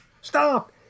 Stop